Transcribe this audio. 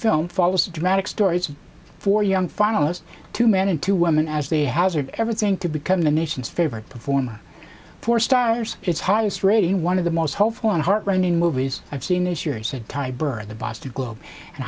film follows dramatic stories of four young finalists two men and two women as they hazard everything to become the nation's favorite performer for starters its highest rating one of the most hopeful and heart rending movies i've seen this year said tyburn at the boston globe and